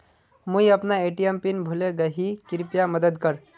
मुई अपना ATM pin भूले गही कृप्या मदद कर